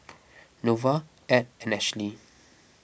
Norval Ed and Ashlie